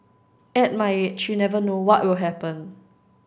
at my age you never know what will happen